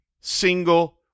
single